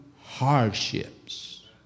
hardships